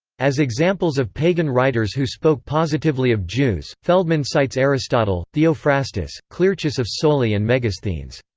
as examples of pagan writers who spoke positively of jews, feldman cites aristotle, theophrastus, clearchus of soli and megasthenes.